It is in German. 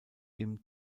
ihm